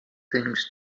things